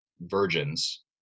virgins